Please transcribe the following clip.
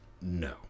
No